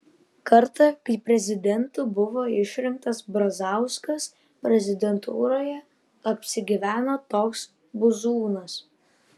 kartą kai prezidentu buvo išrinktas brazauskas prezidentūroje apsigyveno toks buzūnas